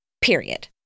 Period